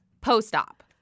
post-op